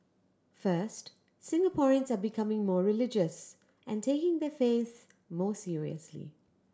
first Singaporeans are becoming more religious and taking their faiths more seriously